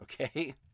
Okay